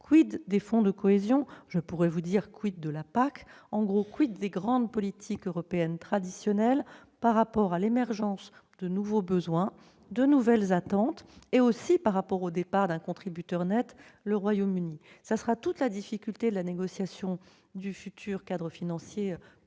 : des fonds de cohésion ? Mais je pourrais vous rétorquer : de la PAC ? des grandes politiques européennes traditionnelles eu égard à l'émergence de nouveaux besoins, de nouvelles attentes, et aussi face au départ d'un contributeur net, le Royaume-Uni ?